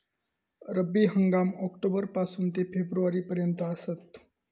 रब्बी हंगाम ऑक्टोबर पासून ते फेब्रुवारी पर्यंत आसात